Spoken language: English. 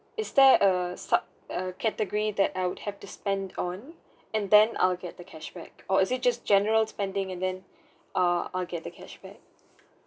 is there a sub~ uh category that I would have to spend on and then I'll get the cashback or is it just general spending and then err I'll get the cashback